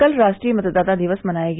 कल राष्ट्रीय मतदाता दिवस मनाया गया